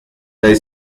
the